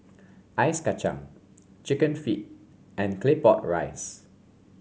Ice Kacang chicken feet and Claypot Rice